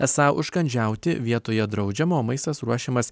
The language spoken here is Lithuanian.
esą užkandžiauti vietoje draudžiama o maistas ruošiamas